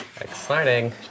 Exciting